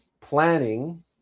planning